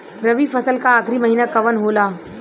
रवि फसल क आखरी महीना कवन होला?